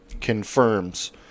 confirms